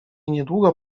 niedługo